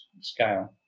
scale